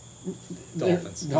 Dolphins